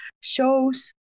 shows